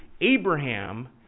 Abraham